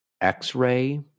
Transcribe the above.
X-ray